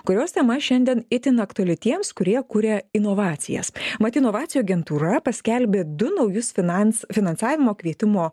kurios tema šiandien itin aktuali tiems kurie kuria inovacijas mat inovacijų agentūra paskelbė du naujus finans finansavimo kvietimo